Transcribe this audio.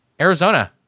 arizona